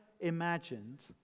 imagined